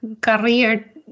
career